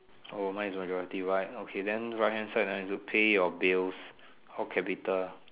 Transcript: oh mine is majority white okay then right hand side then need to pay your bills all capital